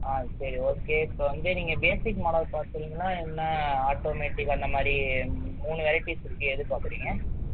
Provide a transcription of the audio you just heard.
சரி ஓகே இப்போ வந்து நீங்கள் பேஸிக் மாடல் பார்த்திங்கன்னா என்ன ஆட்டோமேட்டிக் அந்த மாதிரி மூணு வெரைட்டிஸ் இருக்குது எது பார்க்குறிங்க